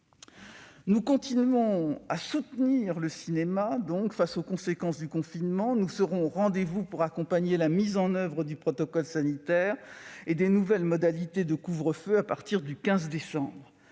Nous continuons à soutenir le cinéma face aux conséquences du confinement et nous serons au rendez-vous pour accompagner la mise en oeuvre du protocole sanitaire et des nouvelles modalités de couvre-feu à partir du 15 décembre.